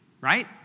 right